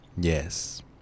Yes